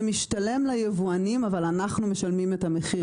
זה משתלם ליבואנים אבל אנחנו משלמים את המחיר,